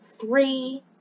three